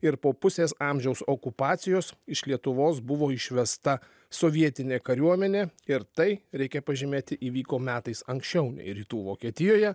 ir po pusės amžiaus okupacijos iš lietuvos buvo išvesta sovietinė kariuomenė ir tai reikia pažymėti įvyko metais anksčiau nei rytų vokietijoje